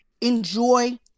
Enjoy